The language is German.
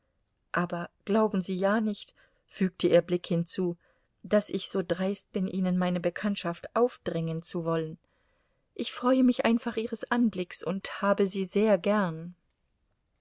aber glauben sie ja nicht fügte ihr blick hinzu daß ich so dreist bin ihnen meine bekanntschaft aufdrängen zu wollen ich freue mich einfach ihres anblicks und habe sie sehr gern